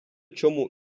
чому